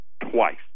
twice